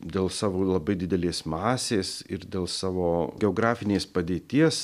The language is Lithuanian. dėl savo labai didelės masės ir dėl savo geografinės padėties